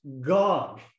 God